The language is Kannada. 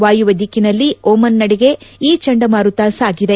ವಾಯುವ್ಚ ದಿಕ್ಕಿನಲ್ಲಿ ಓಮನ್ ನಡೆಗೆ ಈ ಚಂಡಮಾರುತ ಸಾಗಿದೆ